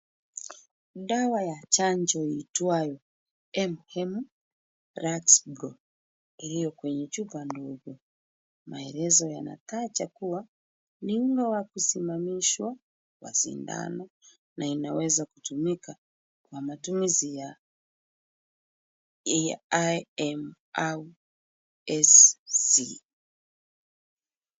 Dawa chanjo uitwayo MM rasco iliyo kwenye chupa ndogo, maelezo yanataja kuwa ni mme wa kusimamishwa kwa shindano na inaweza kutumika kwa matumizi ya IM au SC]cs].